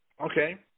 Okay